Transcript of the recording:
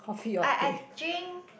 I I drink